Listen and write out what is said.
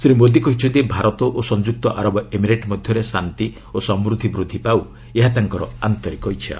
ଶ୍ରୀ ମୋଦି କହିଛନ୍ତି ଭାରତ ଓ ସଂଯୁକ୍ତ ଆରବ ଏମିରେଟ୍ ମଧ୍ୟରେ ଶାନ୍ତି ଓ ସମୃଦ୍ଧି ବୃଦ୍ଧି ପାଉ ଏହା ତାଙ୍କର ଆନ୍ତରିକ ଇଚ୍ଛା